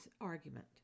argument